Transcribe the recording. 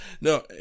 No